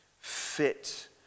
fit